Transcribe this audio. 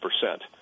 percent